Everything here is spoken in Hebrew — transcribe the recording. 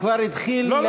וכבר התחיל,